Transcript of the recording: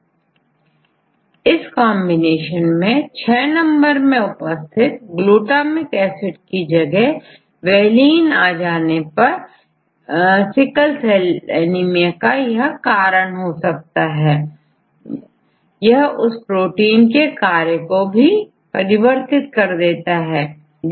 यदि इस कांबिनेशन में6 नंबर में उपस्थित ग्लूटामिक एसिड की जगह valine आ जाता है तो यह सिकल सेल एनीमिया का कारण होता है यह उस प्रोटीन के कार्य कोभी परिवर्तित कर देता है